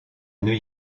new